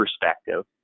perspective